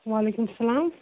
وعلیکُم سَلام